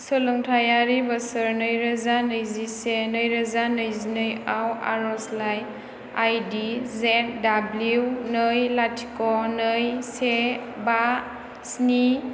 सोलोंथायारि बोसोर नै रोजा नैजिसे नै रोजा नै जिनैयाव आरजलाइ आइदि जेटडाब्लिउ नै लाथिख नै से बा स्नि